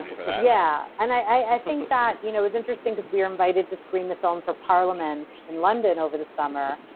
for that yeah. and i think that you know it's interesting, because we were invited to screen the film for parliament in london over the summer.